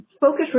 focus